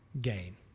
gain